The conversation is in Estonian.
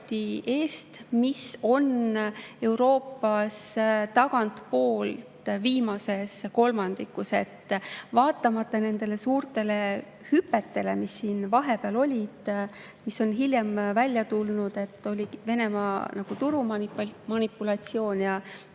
mis oli Euroopas tagantpoolt viimases kolmandikus. Vaatamata nendele suurtele hüpetele, mis vahepeal olid – hiljem on välja tulnud, et see oli Venemaa turumanipulatsioon ja